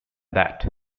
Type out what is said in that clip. that